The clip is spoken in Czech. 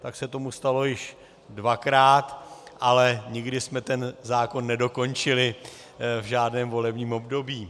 Tak se tomu stalo již dvakrát, ale nikdy jsme ten zákon nedokončili v žádném volebním období.